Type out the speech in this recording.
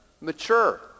mature